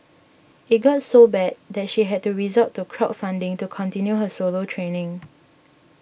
it got so bad that she had to resort to crowd funding to continue her solo training